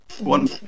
One